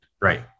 Right